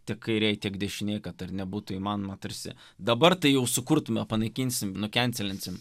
tiek kairėj tiek dešinėj kad ar nebūtų įmanoma tarsi dabar tai jau sukurtume panaikinsim nukenselinsim